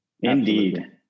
Indeed